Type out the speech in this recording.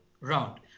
round